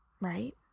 right